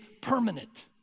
permanent